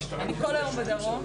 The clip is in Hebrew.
ושלא נדבר על שפה ערבית,